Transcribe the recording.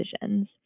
decisions